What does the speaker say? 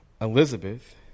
Elizabeth